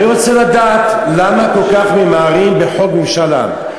אני רוצה לדעת למה כל כך ממהרים בחוק ממשל עם.